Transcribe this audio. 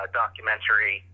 documentary